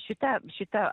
šitą šitą